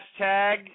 hashtag